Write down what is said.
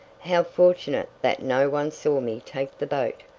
how fortunate that no one saw me take the boat.